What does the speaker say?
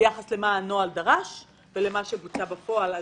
ביחס למה שהנוהל דרש אל מה שבוצע בפועל.